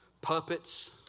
puppets